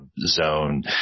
zone